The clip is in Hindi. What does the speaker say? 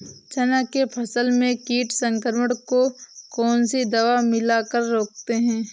चना के फसल में कीट संक्रमण को कौन सी दवा मिला कर रोकते हैं?